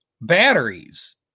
batteries